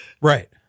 Right